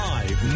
Live